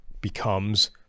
becomes